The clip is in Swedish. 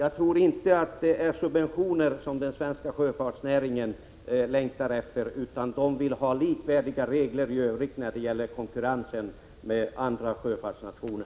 Jag tror nämligen inte att det är subventioner som den svenska sjöfartsnäringen längtar efter, utan den vill ha likvärdiga regler i övrigt när det gäller konkurrensen med andra sjöfartsnationer.